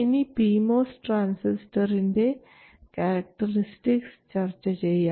ഇനി pMOS ട്രാൻസിസ്റ്ററിൻറെ characteristics ചർച്ച ചെയ്യാം